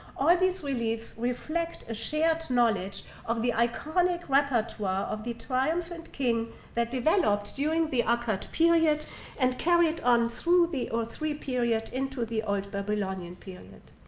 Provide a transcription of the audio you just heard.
all these reliefs reflect a shared knowledge of the iconic repertoire of the triumphant king that developed during the akkad period and carried on through the ur iii period into the old babylonian period.